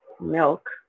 milk